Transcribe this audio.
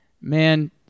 man